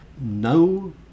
No